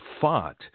fought